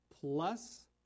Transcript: plus